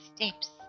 steps